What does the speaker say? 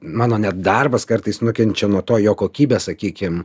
mano net darbas kartais nukenčia nuo to jo kokybė sakykim